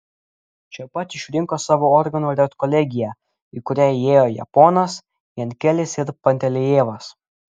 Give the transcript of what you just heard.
čia pat išrinko savo organo redkolegiją į kurią įėjo japonas jankelis ir pantelejevas